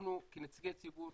אנחנו כנציגי ציבור,